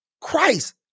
Christ